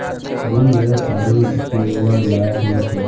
समंद्ररेर पानी पीवार लयाक नी छे